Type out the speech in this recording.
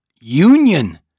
union